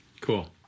cool